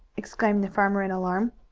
exclaimed the farmer in alarm.